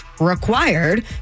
required